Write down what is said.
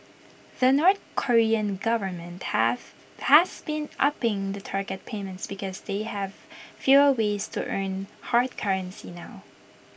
the north Korean government have has been upping the target payments because they have fewer ways to earn hard currency now